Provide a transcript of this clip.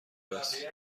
است